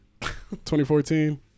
2014